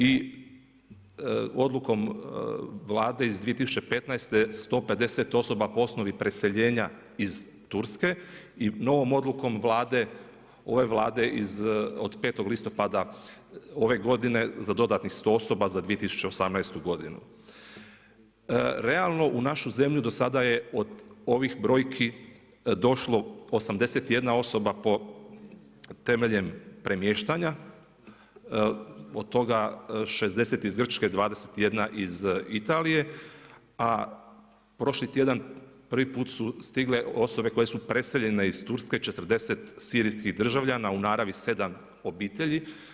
I odlukom Vlade iz 2015. 150 osoba po osnovi preseljenja iz Turske i novom odlukom ove Vlade od 5.10. ove godine, za dodatni 100 osoba za 2018.g. Realno u našu zemlju do sada je od ovih brojki došlo 81 osoba po temeljem premještanja, od toga, 60 iz Grčke, 21 iz Italije, a prošli tjedan, prvi put su stigle osobe koje su preseljenje iz Turske, 40 sirijskih državljana u naravi 7 obitelji.